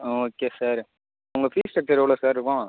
okay sir உங்கள் fees structure எவ்வளோ sir இருக்கும்